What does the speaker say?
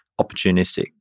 opportunistic